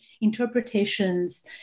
interpretations